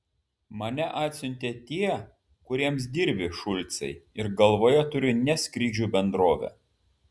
mane atsiuntė tie kuriems dirbi šulcai ir galvoje turiu ne skrydžių bendrovę